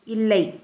இல்லை